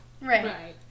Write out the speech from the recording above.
Right